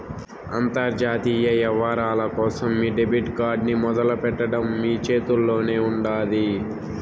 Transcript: అంతర్జాతీయ యవ్వారాల కోసం మీ డెబిట్ కార్డ్ ని మొదలెట్టడం మీ చేతుల్లోనే ఉండాది